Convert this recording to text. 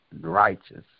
righteous